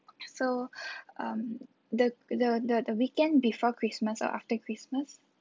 so um the the the the the weekend before christmas after christmas